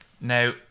now